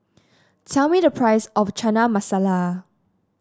tell me the price of Chana Masala